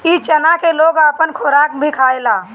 इ चना के लोग अपना खोराक में भी खायेला